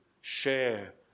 share